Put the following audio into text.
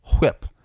Whip